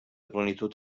plenitud